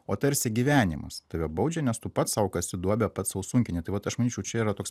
o tarsi gyvenimas tave baudžia nes tu pats sau kasi duobę pats sau sunkini tai vat aš manyčiau čia vat yra toks